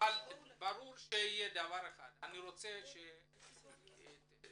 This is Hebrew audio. ברור דבר אחד, אני רוצה שתתייחסי